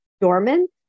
dormant